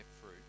fruit